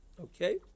okay